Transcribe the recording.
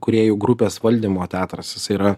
kūrėjų grupės valdymo teatras jis yra